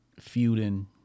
feuding